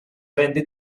rende